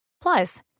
Plus